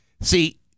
See